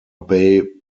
bay